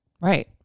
Right